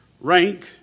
rank